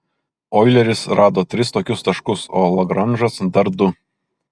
oileris rado tris tokius taškus o lagranžas dar du